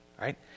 right